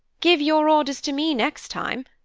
give your orders to me next time.